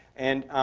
and